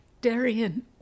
Darian